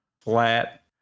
flat